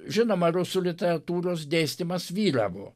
žinoma rusų literatūros dėstymas vyravo